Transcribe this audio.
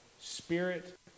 Spirit